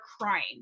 crying